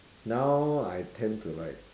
now I tend to like